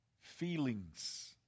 feelings